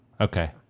Okay